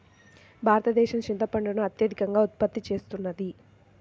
భారతదేశం చింతపండును అత్యధికంగా ఉత్పత్తి చేస్తున్నది